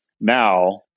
Now